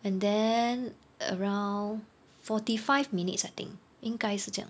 and then around forty five minutes I think 应该是这样